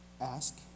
ask